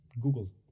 google